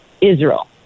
Israel